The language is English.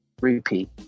repeat